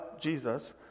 Jesus